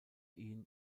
ihn